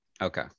Okay